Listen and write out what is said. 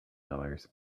dollars